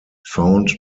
found